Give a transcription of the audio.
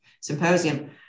symposium